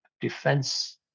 Defense